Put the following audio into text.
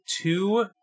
two